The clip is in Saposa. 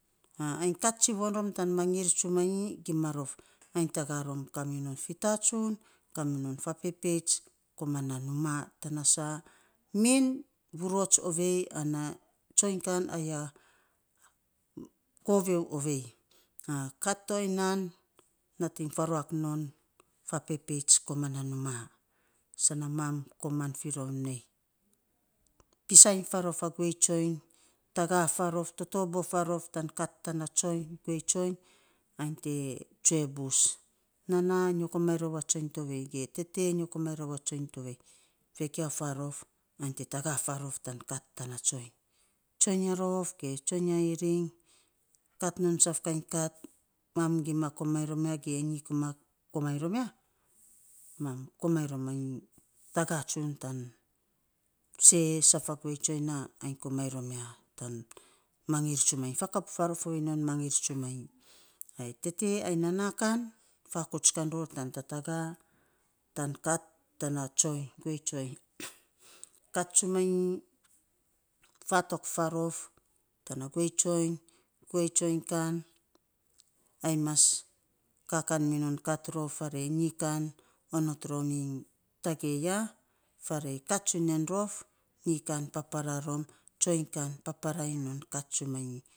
Ainy kat tsivon rom tan mangir tsumanyi gima rof. Ainy taga rom kominon fitatsun, kaminon fa pepeits komana numa tana sa min vurots ovei ana tsoiny kan ai a koviou ovei, kat to ya nan nating faruak non fa pepeits komana numa sana mam koman fi rom nei pisainy farof a guei tsoiny, taga farof, totobo farof tan kat tana guei tsoiny ainy te tsue bus nana nyo komainy rou a tsoiny tovei. Vegiau farof ainy taga farof tana tsoiny tsoiny ya rof ge tsoiny ya iring kat non saf kainy katman gima komainy rom ya ge nyi gimma komainy rom ya, mam komainy rom ma nyi taga tsun tan se saf a guei tsoiny na ainy komainy rom ya tan mangir tsumanyi. Fakap ovei non mangir tsumanyi, ai tete ai nana kan, fakouts kan ror tan tataga tan kat tana tsoiny, guei tsoiny kat tsumanyi fatok farof tana guei tsoiny, guei tsoiny kan ai mas kominon kat rof farei nyi kat onot rom ma tagei ya farei kat tsunia rof nyi kan papara rom tsoiny kan papara iny non kat tsumanyi.